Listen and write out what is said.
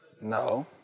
No